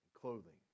clothing